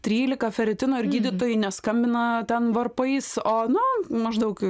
trylika feritino ir gydytojai neskambina ten varpais o nu maždaug